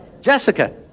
Jessica